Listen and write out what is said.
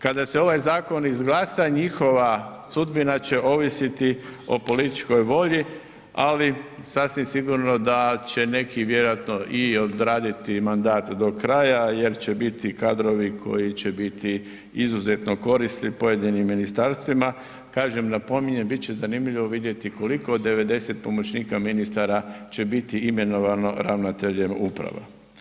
Kada se ovaj zakon izglasa njihova sudbina će ovisiti o političkoj volji, ali sasvim sigurno da će neki vjerojatno i odraditi mandat do kraja jer će biti kadrovi koji će biti izuzetno korisni pojedinim ministarstvima, kažem napominjem bit će zanimljivo vidjeti koliko od 90 pomoćnika ministara će biti imenovano ravnateljem uprave.